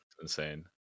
Insane